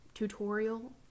Tutorial